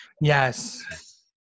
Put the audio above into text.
Yes